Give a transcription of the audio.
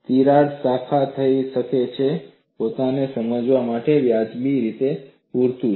તિરાડ શાખા થઈ શકે છે તે પોતાને સમજાવવા માટે તે વ્યાજબી રીતે પૂરતું છે